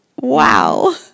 wow